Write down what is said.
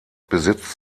besitzt